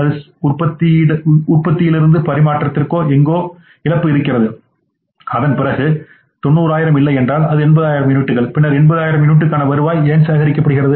அது உற்பத்தியிலிருந்து பரிமாற்றத்திற்கு எங்கோ இலப்பு இருக்கிறது அதன் பிறகு அது 90000 இல்லை என்றால் அது 80000 யூனிட்டுகள் பின்னர் 80000 யூனிட்டுகளுக்கான வருவாய் ஏன் சேகரிக்கப்பட்டுள்ளது